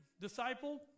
disciple